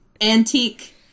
antique